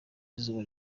izuba